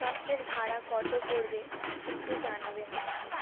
বাসের ভাড়া কত পড়বে একটু জানাবেন আমাকে